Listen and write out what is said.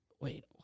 wait